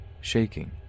shaking